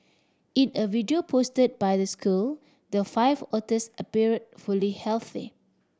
in a video post by the school the five otters appear fully healthy